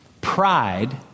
pride